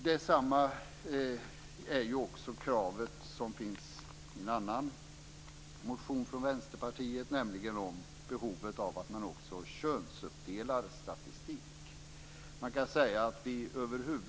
Detsamma gäller det krav som finns i en annan motion från Vänsterpartiet, nämligen kravet på att man skall könsuppdela statistik.